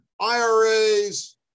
IRAs